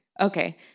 Okay